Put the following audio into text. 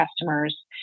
customers